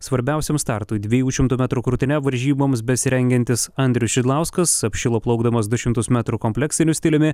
svarbiausiam startui dviejų šimtų metrų krūtine varžyboms besirengiantis andrius šidlauskas apšilo plaukdamas du šimtus metrų kompleksiniu stiliumi